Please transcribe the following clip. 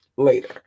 later